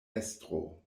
estro